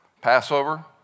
Passover